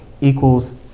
equals